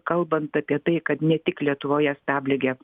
kalbant apie tai kad ne tik lietuvoje stabligė